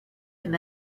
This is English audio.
him